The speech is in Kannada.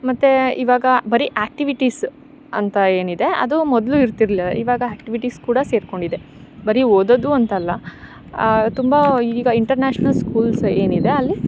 ಮತ್ತೆ ಇವಾಗ ಬರಿ ಆಕ್ಟಿವಿಟೀಸ್ ಅಂತ ಏನಿದೆ ಅದು ಮೊದಲು ಇರ್ತಿರ್ಲಿಲ್ಲ ಇವಾಗ ಆಕ್ಟಿವಿಟೀಸ್ ಕೂಡ ಸೇರಿಕೊಂಡಿದೆ ಬರಿ ಓದೋದು ಅಂತಲ್ಲ ತುಂಬ ಈಗ ಇಂಟರ್ನ್ಯಾಷನಲ್ ಸ್ಕೂಲ್ಸ್ ಏನಿದೆ ಅಲ್ಲಿ